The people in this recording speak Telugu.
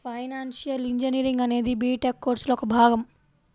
ఫైనాన్షియల్ ఇంజనీరింగ్ అనేది బిటెక్ కోర్సులో ఒక భాగం